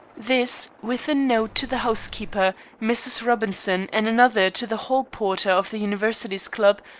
this, with a note to the housekeeper, mrs. robinson, and another to the hall-porter of the universities club,